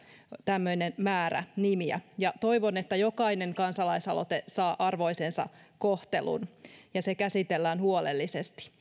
tämmöinen määrä nimiä ja toivon että jokainen kansalaisaloite saa arvoisensa kohtelun ja käsitellään huolellisesti